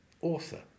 author